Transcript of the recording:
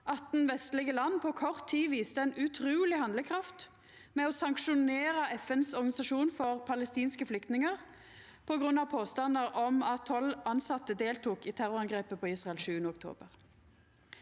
då 18 vestlege land på kort tid viste ei utruleg handlekraft med å sanksjonera FN-organisasjonen for palestinske flyktningar på grunn av påstandar om at tolv tilsette deltok i terrorangrepet på Israel 7. oktober.